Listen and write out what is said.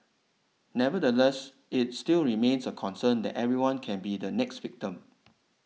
nevertheless it still remains a concern that anyone can be the next victim